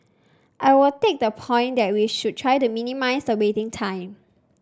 I will take the point that we should try to minimise the waiting time